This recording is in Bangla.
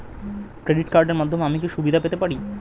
ক্রেডিট কার্ডের মাধ্যমে আমি কি কি সুবিধা পেতে পারি?